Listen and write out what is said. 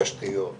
תשתיות אמצעים,